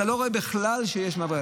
אתה לא רואה בכלל שיש מעבר חציה.